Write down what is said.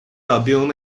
album